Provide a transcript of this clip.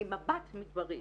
ממבט מגדרי.